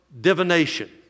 divination